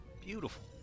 beautiful